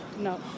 no